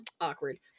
awkward